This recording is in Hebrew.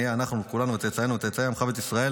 ונהיה אנחנו וצאצאינו וצאצאי עמך כל בית ישראל